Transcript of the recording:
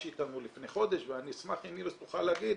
איתנו לפני חודש ואני אשמח אם איריס תוכל להגיד